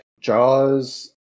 Jaws